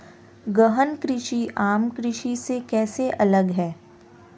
गहन कृषि आम कृषि से कैसे अलग है?